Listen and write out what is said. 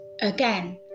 again